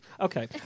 Okay